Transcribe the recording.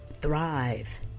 thrive